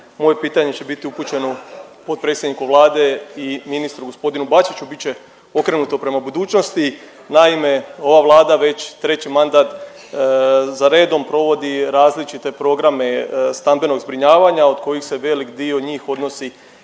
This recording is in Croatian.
Moje pitanje će biti upućeno potpredsjedniku Vlade i ministru gospodinu Bačiću, bit će okrenuto prema budućnosti. Naime, ova Vlada već treći mandat za redom provodi različite programe stambenog zbrinjavanja od kojih se veliki dio njih odnosi